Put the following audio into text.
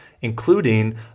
including